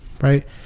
right